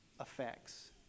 effects